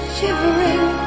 shivering